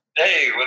Hey